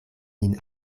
nin